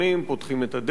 אומרים להם: תרדו.